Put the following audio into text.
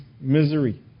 misery